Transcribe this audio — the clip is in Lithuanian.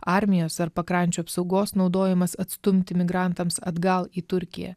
armijos ar pakrančių apsaugos naudojamas atstumti migrantams atgal į turkiją